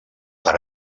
per